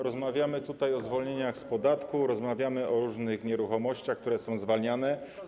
Rozmawiamy tutaj o zwolnieniach z podatku, rozmawiamy o różnych nieruchomościach, które są z podatku zwalniane.